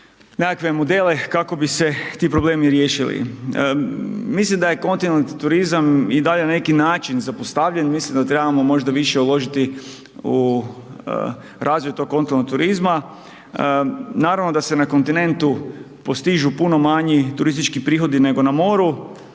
nekakve modele kako bi se ti problemi riješili. Mislim da je kontinentalni turizam i dalje na neki način zapostavljen, mislim da trebamo možda više uložiti u razvoj tog kontinentalnog turizma, naravno da se na kontinentu postižu puno manji turistički prihodi nego na moru,